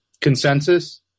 consensus